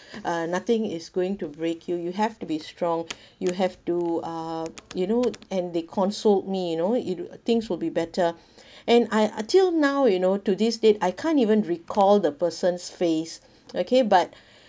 uh nothing is going to break you you have to be strong you have to uh you know and they consoled me you know it things will be better and I until now you know to this date I can't even recall the person's face okay but